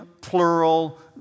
plural